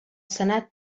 senat